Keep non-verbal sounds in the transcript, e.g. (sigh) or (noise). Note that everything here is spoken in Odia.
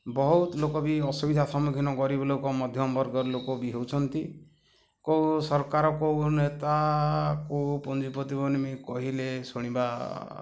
ବହୁତ ଲୋକ ବି ଅସୁବିଧା ସମ୍ମୁଖୀନ ଗରିବ ଲୋକ ମଧ୍ୟମ ବର୍ଗର ଲୋକ ବି ହେଉଛନ୍ତି କେଉଁ ସରକାର କେଉଁ ନେତା କେଉଁ ପଞ୍ଜୀପତିି (unintelligible) କହିଲେ ଶୁଣିବା